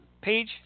page